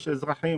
יש אזרחים